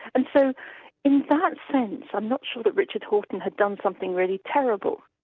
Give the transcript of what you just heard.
and so in that sense, i'm not sure that richard horton had done something really terrible.